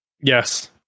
Yes